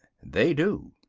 they do.